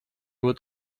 would